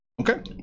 Okay